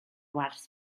wers